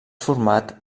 format